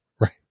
right